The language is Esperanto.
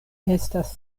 estas